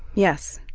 yes.